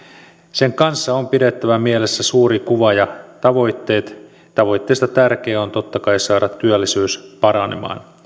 sen kanssa on pidettävä mielessä suuri kuva ja tavoitteet tavoitteista tärkein on totta kai saada työllisyys paranemaan